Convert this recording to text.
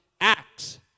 acts